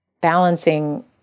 balancing